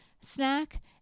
snack